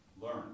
learn